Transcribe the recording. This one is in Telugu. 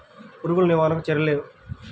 పురుగులు నివారణకు చర్యలు?